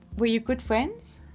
were you good friends?